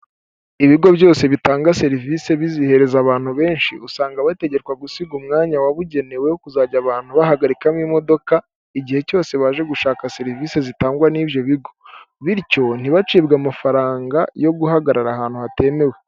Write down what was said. Ibigo byose bitanga serivisi bizihereza abantu benshi, usanga bategekwa gusiga umwanya wabugenewe wo kuzajya abantu bahagarikamo imodoka, igihe cyose baje gushaka serivisi zitangwa n'ibyo bigo. Bityo ntibacibwe amafaranga yo guhagarara ahantu hatemewe.